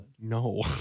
No